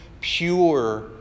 pure